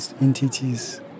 entities